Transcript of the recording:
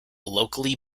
locally